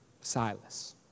Silas